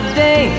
day